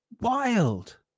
wild